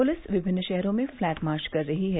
police विभिन्न शहरो में फ्लैग मार्च कर रही है